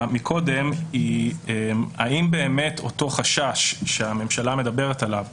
קודם היא האם באמת אותו חשש הממשלה מדברת עליו,